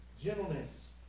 gentleness